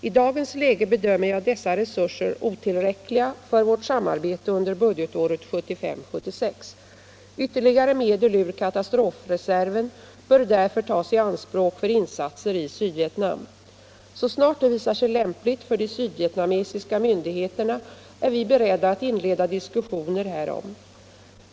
I dagens läge bedömer jag dessa resurser som otillräckliga för vårt samarbete under budgetåret 1975/76. Ytterligare medel ur katastrofreserven bör därför tas i anspråk för insatser i Sydvietnam. Så snart det visar sig lämpligt för de sydvietnamesiska myndigheterna är vi beredda att inleda diskussioner härom.